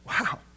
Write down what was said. Wow